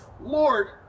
Lord